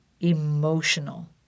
emotional